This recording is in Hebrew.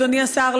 אדוני השר,